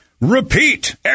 repeat